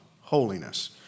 holiness